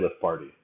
party